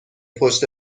پشت